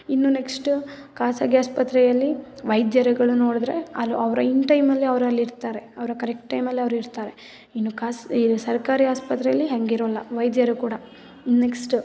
ಇನ್ನು ನೆಕ್ಷ್ಟ್ ಖಾಸಗಿ ಆಸ್ಪತ್ರೆಯಲ್ಲಿ ವೈದ್ಯರುಗಳು ನೋಡಿದ್ರೆ ಆಲ್ಲಿ ಅವರ ಇನ್ ಟೈಮಲ್ಲಿ ಅವರು ಅಲ್ಲಿರ್ತಾರೆ ಅವರ ಕರೆಕ್ಟ್ ಟೈಮಲ್ಲಿ ಅವರಿರ್ತಾರೆ ಇನ್ನು ಕಾಸ ಈ ಸರ್ಕಾರಿ ಆಸ್ಪತ್ರೆಯಲ್ಲಿ ಹಾಗಿರೋಲ್ಲ ವೈದ್ಯರು ಕೂಡ ನೆಕ್ಸ್ಟ್